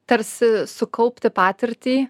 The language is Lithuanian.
tarsi sukaupti patirtį